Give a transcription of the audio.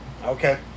Okay